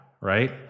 right